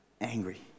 angry